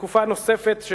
בתקופה נוספת,